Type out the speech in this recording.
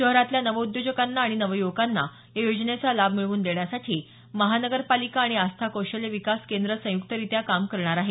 शहरातल्या नवउद्योजकांना आणि नवयवकांना या योजनेचा लाभ मिळवून देण्यासाठी महानगरपालिका आणि आस्था कौशल्य विकास केंद्र संयुक्तरित्या काम करणार आहे